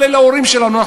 אבל אלה ההורים שלנו.